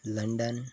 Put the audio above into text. London